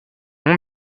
nom